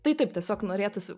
tai taip tiesiog norėtųsi